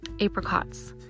apricots